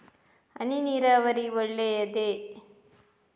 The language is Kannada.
ಹನಿ ನೀರಾವರಿ ಒಳ್ಳೆಯದೇ?